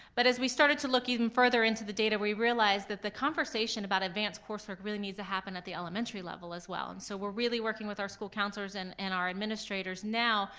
but as we started to look even further into the data, we realize that the conversation about advanced coursework really needs to happen at the elementary level as well, and so we're really working with our school counselors and and our administrators now,